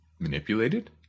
manipulated